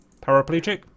paraplegic